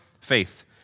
faith